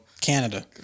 Canada